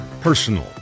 personal